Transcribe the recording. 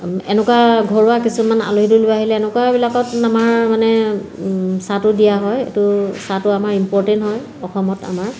এনেকুৱা ঘৰুৱা কিছুমান আলহী দুলহি আহিলে এনেকুৱাবিলাকত আমাৰ মানে চাহটো দিয়া হয় এইটো চাহটো আমাৰ ইম্পৰ্টেণ্ট হয় অসমত আমাৰ